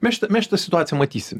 mes šitą mes šitą situaciją matysim